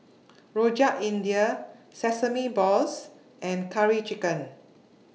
Rojak India Sesame Balls and Curry Chicken